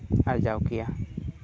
ᱟᱨᱡᱟᱣ ᱠᱮᱭᱟ